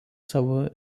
savo